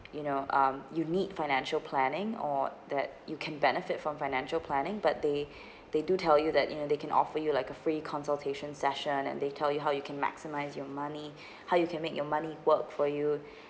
you know um you need financial planning or that you can benefit from financial planning but they they do tell you that you know they can offer you like a free consultation session and they tell you how you can maximise your money how you can make your money work for you